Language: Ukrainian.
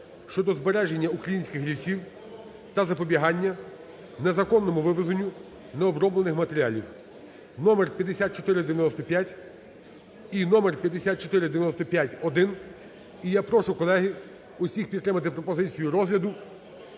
щодо збереження українських лісів та запобігання незаконному вивезенню необроблених матеріалів (№ 5495 і № 5495-1). І я прошу, колеги, усіх підтримати пропозицію розгляду